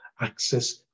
access